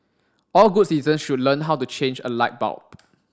all good citizens should learn how to change a light bulb